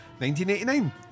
1989